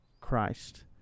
Christ